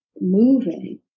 moving